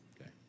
Okay